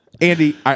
Andy